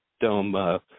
dome